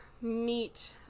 meet